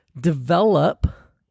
develop